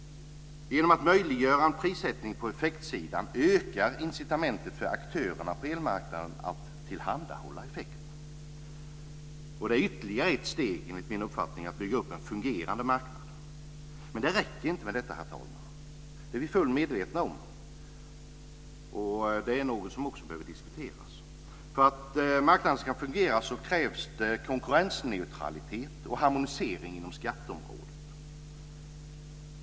Genom att möjliggöra en prissättning på effektsidan ökar incitamentet för aktörerna på elmarknaden att tillhandahålla effekt. Det är enligt min uppfattning ytterligare ett steg mot att bygga upp en fungerande marknad. Men det räcker inte med detta, herr talman. Det är vi fullt medvetna om. Det är också något som behöver diskuteras. För att marknaden ska fungera krävs det konkurrensneutralitet och harmonisering inom skatteområdet.